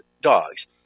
dogs